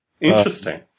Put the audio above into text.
Interesting